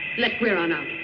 let guiron out.